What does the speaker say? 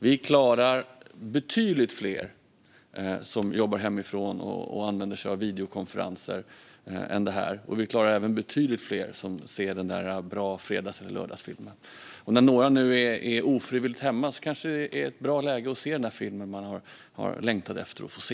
Vi klarar av betydligt fler som jobbar hemifrån och använder sig av videokonferenser, och vi klarar även betydligt fler som vill titta på en bra fredags eller lördagsfilm. Nu när några är ofrivilligt hemma kanske det är ett bra läge att se den där filmen de har längtat efter att få se.